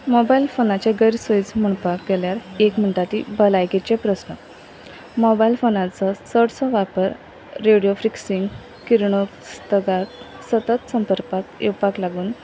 mobile फोनाचे गैर सयज म्हणपाक गेल्यार एक म्हणटा ती भलायकेचे प्रस्न मोबायल फोनाचो चडसो वापर रेडिओ फिक्सिंग किरणोस्तगाक सतत संपर्पाक येवपाक लागून